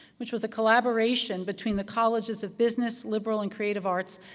which was a collaboration between the colleges of business, liberal, and creative arts,